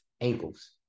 ankles